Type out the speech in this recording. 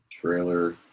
Trailer